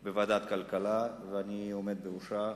של ועדת הכלכלה, ואני עומד בראשה.